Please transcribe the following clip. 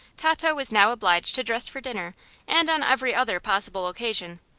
tato was now obliged to dress for dinner and on every other possible occasion,